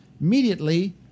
immediately